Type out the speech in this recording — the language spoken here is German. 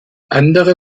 andere